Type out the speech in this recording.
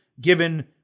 given